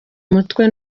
umutwe